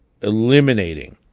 eliminating